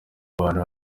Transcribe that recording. ahantu